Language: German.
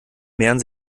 mehren